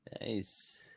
Nice